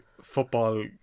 football